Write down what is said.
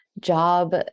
job